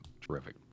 terrific